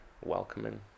welcoming